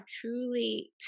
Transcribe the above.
truly